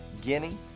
Guinea